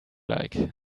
like